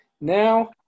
now